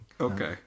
Okay